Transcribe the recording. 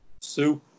Sue